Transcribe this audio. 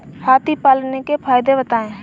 हाथी पालने के फायदे बताए?